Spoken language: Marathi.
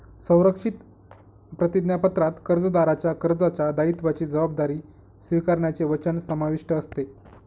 संरक्षित प्रतिज्ञापत्रात कर्जदाराच्या कर्जाच्या दायित्वाची जबाबदारी स्वीकारण्याचे वचन समाविष्ट असते